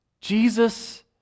Jesus